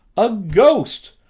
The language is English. a ghost!